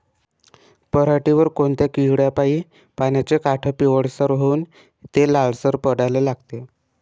पऱ्हाटीवर कोनत्या किड्यापाई पानाचे काठं पिवळसर होऊन ते लालसर पडाले लागते?